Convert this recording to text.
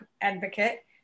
advocate